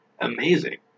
amazing